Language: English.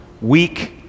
weak